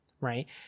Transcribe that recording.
right